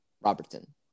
Robertson